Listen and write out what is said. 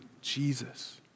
Jesus